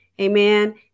Amen